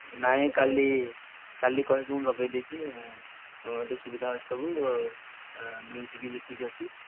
ନାହିଁ କାଲି କାଲି କହିକି ମୁଁ ଲଗାଇ ଦେଇଛି ଏବେ ସୁବିଧା ସବୁ ଆଉ ମ୍ୟୁଜିକ୍ ବି ଠିକ୍ ଅଛି